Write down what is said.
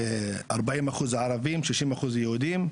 ארבעים אחוז ערבים, שישים אחוז יהודים.